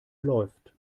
läuft